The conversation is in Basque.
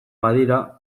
badira